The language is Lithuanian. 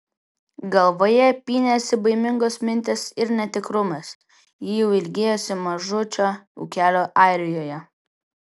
galvoje pynėsi baimingos mintys ir netikrumas ji jau ilgėjosi mažučio ūkelio airijoje